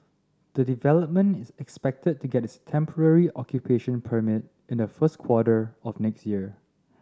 the development is expected to get its temporary occupation permit in the first quarter of next year